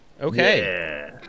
Okay